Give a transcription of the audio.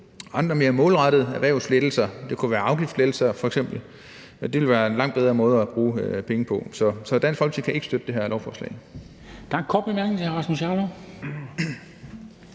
andre mere målrettede erhvervslettelser – det kunne f.eks. være afgiftslettelser; det ville være en langt bedre måde at bruge penge på. Så Dansk Folkeparti kan ikke støtte det her lovforslag.